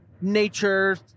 nature